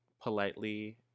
politely